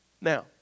Now